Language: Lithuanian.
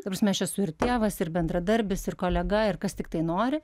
ta prasme aš esu ir tėvas ir bendradarbis ir kolega ir kas tiktai nori